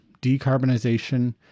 decarbonization